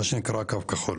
מה שנקרא קו כחול,